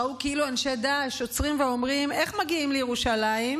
ראו כאילו אנשי דאעש עוצרים ואומרים: איך מגיעים לירושלים?